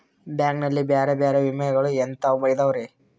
Bank ನಲ್ಲಿ ಬೇರೆ ಬೇರೆ ವಿಮೆಗಳು ಎಂತವ್ ಇದವ್ರಿ?